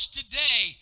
today